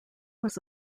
was